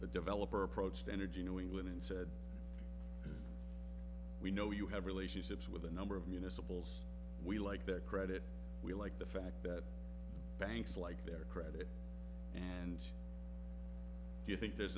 the developer approached energy new england and said we know you have relationships with a number of municipal zz we like their credit we like the fact that banks like their credit and if you think